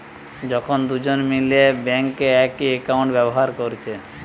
যখন দুজন মিলে বেঙ্কে একই একাউন্ট ব্যাভার কোরছে